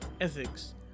ethics